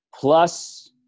plus